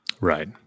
Right